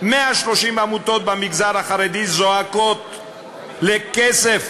130 עמותות במגזר החרדי זועקות לכסף,